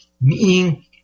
meaning